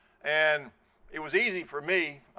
and it was easy for me,